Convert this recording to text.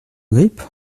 grippe